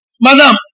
Madam